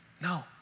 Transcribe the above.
no